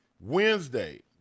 Wednesday